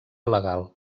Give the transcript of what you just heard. legal